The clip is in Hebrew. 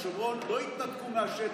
בשומרון, לא התנתקו מהשטח,